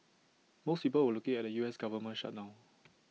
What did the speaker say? most people were looking at the U S Government shutdown